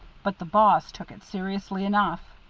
but the boss took it seriously enough.